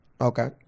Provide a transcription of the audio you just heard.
Okay